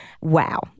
Wow